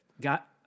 Got